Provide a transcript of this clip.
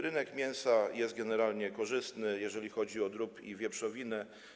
Rynek mięsa jest generalnie korzystny, jeżeli chodzi o drób i wieprzowinę.